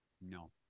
No